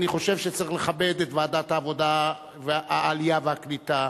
אני חושב שצריך לכבד את ועדת העלייה והקליטה,